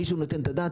מישהו נותן את הדעת?